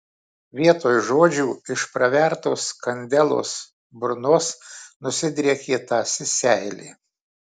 vietoj žodžių iš pravertos kandelos burnos nusidriekė tąsi seilė